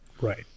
Right